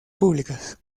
públicas